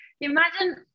Imagine